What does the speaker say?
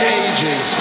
ages